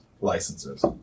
licenses